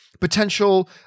potential